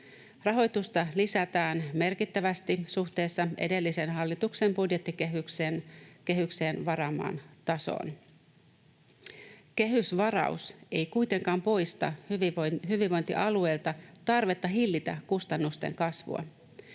Rahoitusta lisätään merkittävästi suhteessa edellisen hallituksen budjettikehykseen varaamaan tasoon. Kehysvaraus ei kuitenkaan poista hyvinvointialueilta tarvetta hillitä kustannusten kasvua.